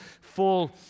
full